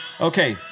Okay